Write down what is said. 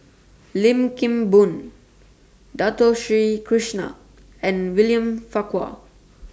Lim Kim Boon Dato Sri Krishna and William Farquhar